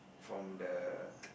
from the